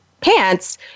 Pants